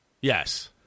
Yes